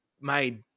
made